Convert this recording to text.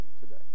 today